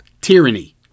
tyranny